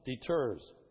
deters